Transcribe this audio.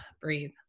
breathe